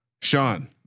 Sean